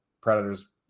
Predators